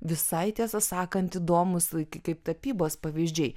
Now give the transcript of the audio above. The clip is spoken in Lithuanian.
visai tiesą sakant įdomūs kaip tapybos pavyzdžiai